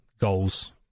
goals